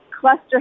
cluster